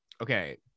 okay